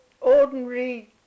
ordinary